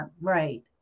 right